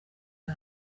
bwa